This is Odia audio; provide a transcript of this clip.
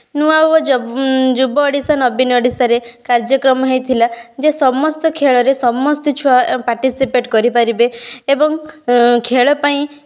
ନୂଆ ଓ ଯୁବ ଓଡ଼ିଶା ନବୀନ ଓଡ଼ିଶାରେ କାର୍ଯ୍ୟକ୍ରମ ହେଇଥିଲା ଯେ ସମସ୍ତ ଖେଳରେ ସମସ୍ତେ ଛୁଆ ପାର୍ଟିସିପେଟ୍ କରିପାରିବେ ଏବଂ ଖେଳ ପାଇଁ